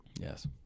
Yes